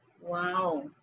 Wow